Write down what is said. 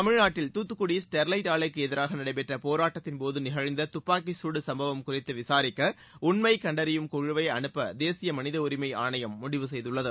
தமிழ்நாட்டில் தூத்துக்குடி ஸ்டெர்லைட் ஆலைக்கு எதிராக நடைபெற்ற போராட்டத்தின் போது நிகழ்ந்த துப்பாக்கிச் சூடு சுப்பவம் குறித்து விசாரிக்க உண்மைக் கண்டறியும் குழுவை அனுப்ப தேசிய மனித உரிமை ஆணையம் முடிவு செய்துள்ளது